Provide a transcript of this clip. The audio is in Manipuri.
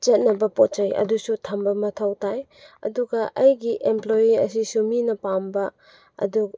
ꯆꯠꯅꯕ ꯄꯣꯠ ꯆꯩ ꯑꯗꯨꯁꯨ ꯊꯝꯕ ꯃꯊꯧ ꯇꯥꯏ ꯑꯗꯨꯒ ꯑꯩꯒꯤ ꯑꯦꯝꯄ꯭ꯂꯣꯏꯌꯤ ꯑꯁꯤꯁꯨ ꯃꯤꯅ ꯄꯥꯝꯕ ꯑꯗꯨ